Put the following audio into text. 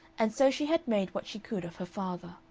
and so she had made what she could of her father.